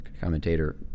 commentator